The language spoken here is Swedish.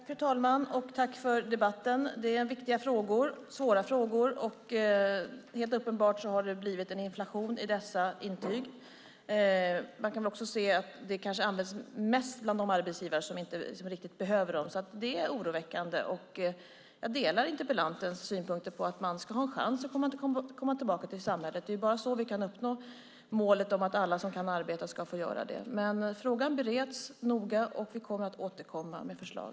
Fru talman! Tack för debatten! Det är viktiga och svåra frågor. Helt uppenbart har det gått inflation i dessa intyg, och vi kan också se att de kanske används mest bland de arbetsgivare som inte riktigt behöver dem. Det är oroväckande. Jag delar interpellantens synpunkt att man ska ha en chans att komma tillbaka till samhället. Det är bara så vi kan uppnå målet att alla som kan arbeta ska få göra det. Men frågan bereds noga, och vi kommer att återkomma med förslag.